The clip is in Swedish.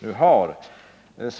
nu finns?